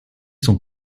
sont